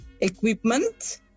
equipment